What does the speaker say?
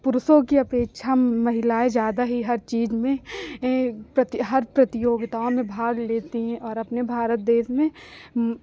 पुरुषों की अपेक्षा महिलाएं ज़्यादा ही हर चीज में हर प्रतियोगिताओं में भाग लेती हैं और अपने भारत देश में